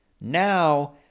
Now